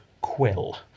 quill